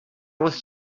was